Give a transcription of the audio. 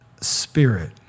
spirit